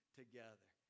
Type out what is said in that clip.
together